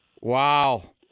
Wow